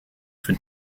for